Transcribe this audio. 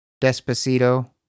Despacito